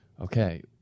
Okay